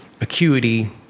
acuity